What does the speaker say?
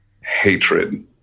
hatred